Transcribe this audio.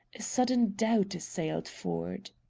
a sudden doubt assailed ford.